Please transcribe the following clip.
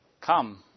Come